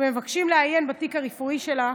ומבקשים לעיין בתיק הרפואי שלה,